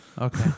Okay